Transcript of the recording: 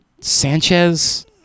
Sanchez